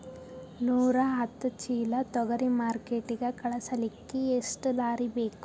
ನೂರಾಹತ್ತ ಚೀಲಾ ತೊಗರಿ ಮಾರ್ಕಿಟಿಗ ಕಳಸಲಿಕ್ಕಿ ಎಷ್ಟ ಲಾರಿ ಬೇಕು?